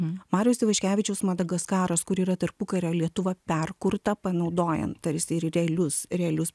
mariaus ivaškevičiaus madagaskaras kur yra tarpukario lietuva perkurta panaudojant tarsi ir realius realius